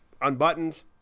Unbuttoned